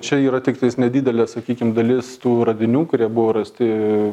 čia yra tiktais nedidelė sakykim dalis tų radinių kurie buvo rasti